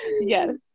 Yes